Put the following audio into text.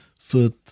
Foot